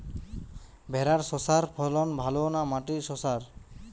ভেরার শশার ফলন ভালো না মাটির শশার?